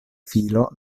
filo